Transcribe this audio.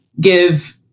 give